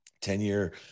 Ten-year